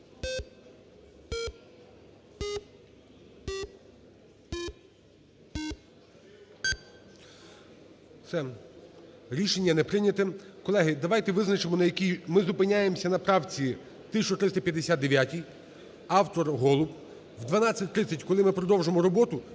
За-27 Рішення не прийняте. Колеги, давайте визначимо, на якій ми зупиняємося. На правці 1359-й. Автор – Голуб. О 12:30, воли ми продовжимо роботу,